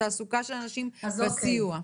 עניין התעסוקה של הנשים והסיוע לכך.